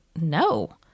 no